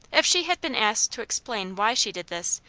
if she had been asked to explain why she did this,